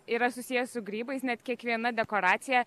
yra susiję su grybais net kiekviena dekoracija